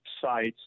sites